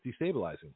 destabilizing